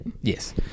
Yes